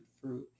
fruit